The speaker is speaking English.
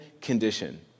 condition